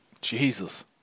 Jesus